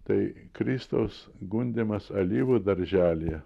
tai kristaus gundymas alyvų darželyje